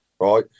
right